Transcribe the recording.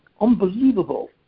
unbelievable